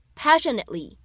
passionately